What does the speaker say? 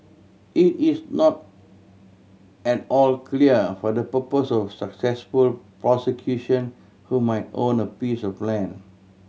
it is not at all clear for the purpose of successful prosecution who might own a piece of land